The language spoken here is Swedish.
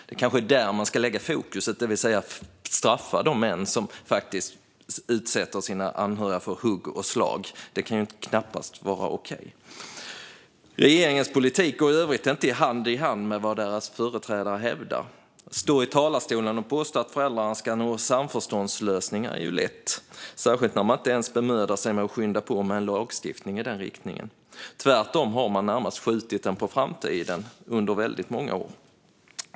Det kanske är där man ska lägga fokus, det vill säga på att straffa de män som faktiskt utsätter sina anhöriga för hugg och slag. Det kan ju knappast vara okej. Regeringens politik går i övrigt inte hand i hand med vad dess företrädare hävdar. Att stå i talarstolen och säga att föräldrarna ska nå en samförståndslösning är ju lätt, särskilt när man inte ens bemödar sig att skynda på med lagstiftning i den riktningen. Tvärtom har man närmast skjutit den på framtiden under väldigt många år.